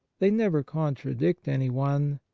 they never contradict anyone.